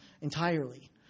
entirely